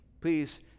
Please